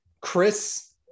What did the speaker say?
Chris